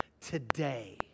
today